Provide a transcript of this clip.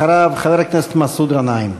אחריו, חבר הכנסת מסעוד גנאים.